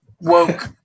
Woke